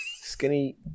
skinny